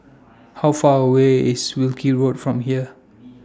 How Far away IS Wilkie Road from here